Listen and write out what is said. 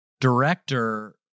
director